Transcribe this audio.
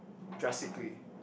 drastically